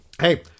Hey